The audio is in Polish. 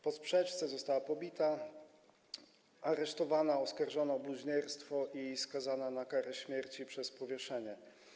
Po sprzeczce została pobita, aresztowana, oskarżona o bluźnierstwo i skazana na karę śmierci przez powieszenie.